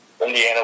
Indiana